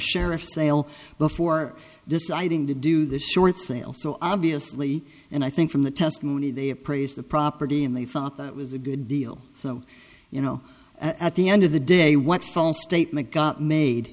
sheriff's sale before deciding to do this short sale so obviously and i think from the testimony they appraise the property and they thought that was a good deal so you know at the end of the day what false statement got